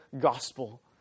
gospel